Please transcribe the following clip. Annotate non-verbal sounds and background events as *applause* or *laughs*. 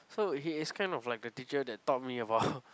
so he is kind of like a teacher that taught me about *laughs*